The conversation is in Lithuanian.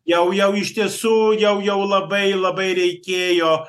jau jau iš tiesų jau jau labai labai reikėjo